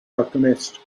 alchemist